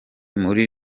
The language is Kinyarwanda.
muri